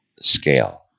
scale